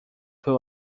pay